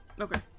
Okay